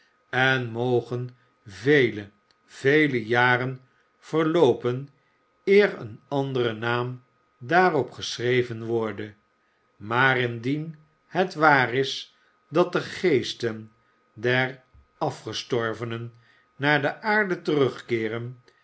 en mogen vele vele jaren verloopen eer een anderen naam daarop geschreven worde maar indien het waar is dat de geesten der afgestorvenen naar de aarde terugkeeren